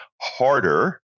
harder